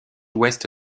ouest